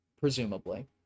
Presumably